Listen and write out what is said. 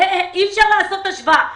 אי אפשר לעשות השוואה.